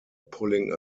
pulling